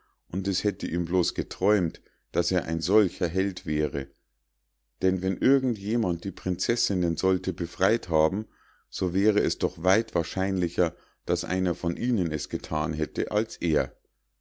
und es hätte ihm bloß geträumt daß er ein solcher held wäre denn wenn irgend jemand die prinzessinnen sollte befrei't haben so wäre es doch weit wahrscheinlicher daß einer von ihnen es gethan hätte als er